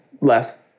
less